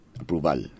approval